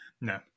No